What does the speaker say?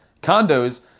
Condos